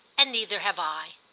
and neither have i.